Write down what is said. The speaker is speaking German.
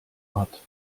hat